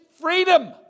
freedom